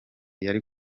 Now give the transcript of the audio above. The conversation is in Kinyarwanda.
yari